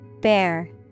Bear